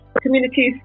communities